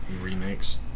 remakes